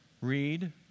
Read